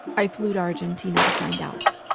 i flew to argentina to find out